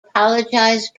apologized